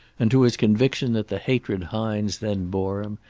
and to his conviction that the hatred hines then bore him,